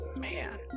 man